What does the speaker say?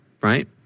right